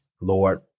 Lord